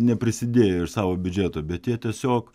neprisidėjo iš savo biudžeto bet jie tiesiog